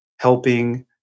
Helping